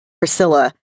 Priscilla